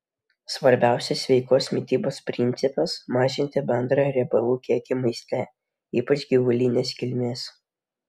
svarbiausias sveikos mitybos principas mažinti bendrą riebalų kiekį maiste ypač gyvulinės kilmės